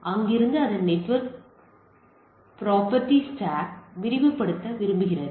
அங்கிருந்து அதன் network property ஸ்டாக்கை விரிவுபடுத்த விரும்புகிறது